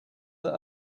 that